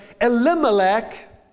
Elimelech